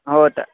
हो तर